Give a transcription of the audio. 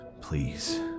please